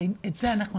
את זה אנחנו נשנה.